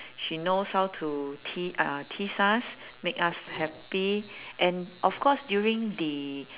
she knows how to tea~ uh tease us make us happy and of course during the